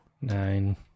Nine